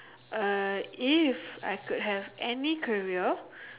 uh if I could have any career